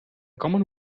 common